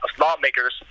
lawmakers